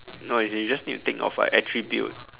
no you just you just need to take note of a attribute